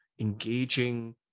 engaging